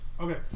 Okay